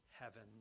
heaven